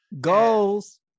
Goals